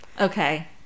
okay